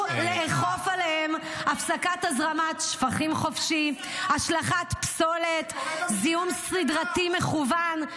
5,500 איש מתים כל שנה מזיהום אוויר.